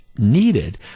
Needed